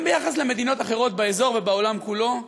גם ביחס למדינות אחרות באזור ובעולם כולו,